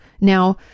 Now